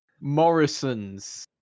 Morrison's